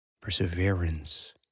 perseverance